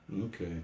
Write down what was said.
Okay